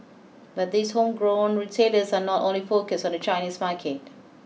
but these homegrown retailers are not only focused on the Chinese market